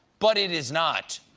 but it is not,